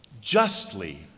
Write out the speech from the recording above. justly